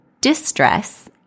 distress